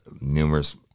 numerous